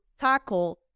tackle